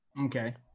Okay